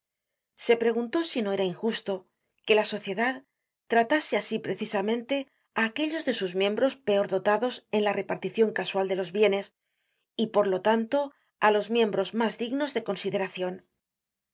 se preguntó si no era injusto que la sociedad tratase asi precisamente á aquellos de sus miembros peor dotados en la reparticion casual de los bienes y por lo tanto á los miembros mas dignos de consideracion